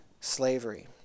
slavery